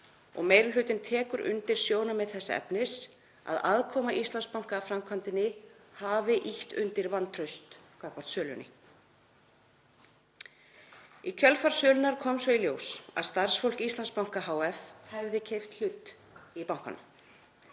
og meiri hlutinn tekur undir sjónarmið þess efnis að aðkoma Íslandsbanka að framkvæmdinni hafi ýtt undir vantraust gagnvart sölunni. Í kjölfar sölunnar kom svo í ljós að starfsfólk Íslandsbanka hf. hefði keypt hluti í bankanum.